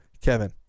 Kevin